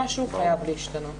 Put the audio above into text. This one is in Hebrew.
משהו חייב להשתנות.